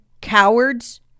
cowards